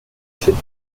should